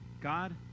God